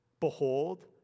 Behold